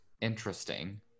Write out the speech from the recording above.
Interesting